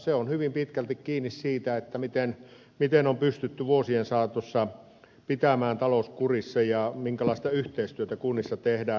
se on hyvin pitkälti kiinni siitä miten on pystytty vuosien saatossa pitämään talous kurissa ja minkälaista yhteistyötä kunnissa tehdään